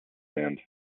sand